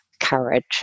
courage